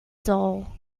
doll